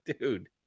dude